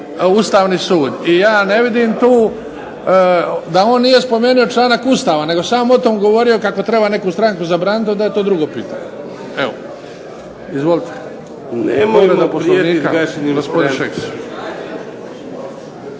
Ustavni sud. I ja ne vidim tu, da on nije spomenuo članak Ustava nego samo o tome govorio kako treba neku stranku zabraniti onda je to drugo. Evo. Izvolite. Povreda Poslovnika,